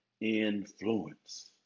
influence